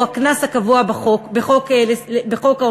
או הקנס הקבוע בחוק העונשין.